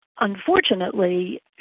unfortunately